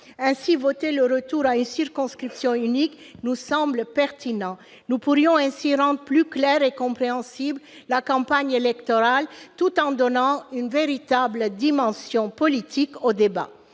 Ainsi, voter le retour à une circonscription unique nous semble pertinent. Nous pourrions ainsi rendre plus claire et compréhensible la campagne électorale, tout en donnant une véritable dimension politique aux débats.